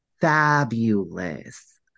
fabulous